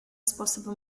способы